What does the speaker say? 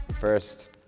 first